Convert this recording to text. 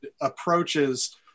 approaches